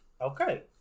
Okay